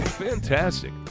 Fantastic